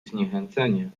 zniechęcenie